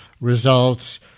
results